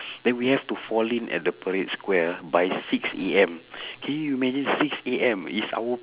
then we have to fall in at the parade square ah by six A_M can you imagine six A_M is our